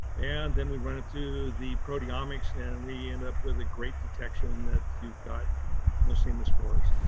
and then we run it to the proteomics, and we end up with a great detection that you've got nosema spores.